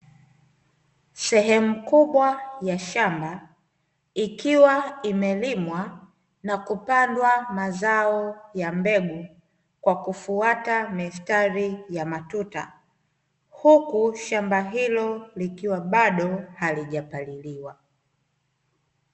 Sehemu kubwa ya shamba ikiwa imelimwa na kupandwa mazao ya mbegu, kwa kufuata mistari ya matuta. Huku shamba hilo likiwa bado halijapaliliwa.